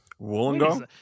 Wollongong